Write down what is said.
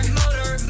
motor